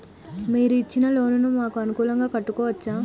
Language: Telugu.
మీరు ఇచ్చిన లోన్ ను మాకు అనుకూలంగా కట్టుకోవచ్చా?